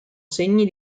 segni